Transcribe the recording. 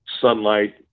sunlight